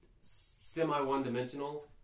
semi-one-dimensional